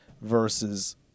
versus